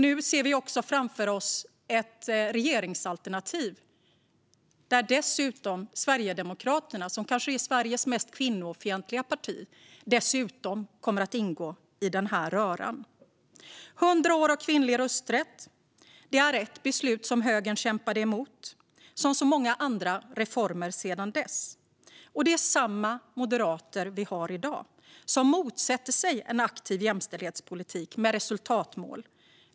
Nu ser vi framför oss ett regeringsalternativ där Sverigedemokraterna, som kanske är Sveriges mest kvinnofientliga parti, dessutom kommer att ingå i den här röran. Hundra år av kvinnlig rösträtt är ett beslut som högern kämpade emot, som så många andra reformer sedan dess. Och det är samma moderater vi har i dag som motsätter sig en aktiv jämställdhetspolitik med resultatmål.